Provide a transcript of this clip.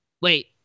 Wait